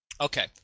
Okay